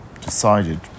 decided